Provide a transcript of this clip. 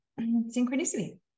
synchronicity